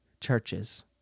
churches